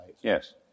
Yes